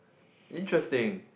interesting